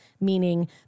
meaning